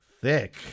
Thick